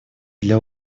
для